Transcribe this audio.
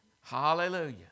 Hallelujah